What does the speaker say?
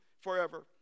forever